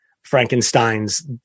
Frankenstein's